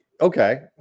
okay